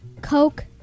Coke